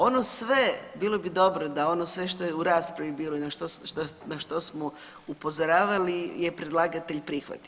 Ono sve, bilo bi dobro da ono sve što je u raspravi bilo i na što smo upozoravali je predlagatelj prihvatio.